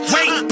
Wait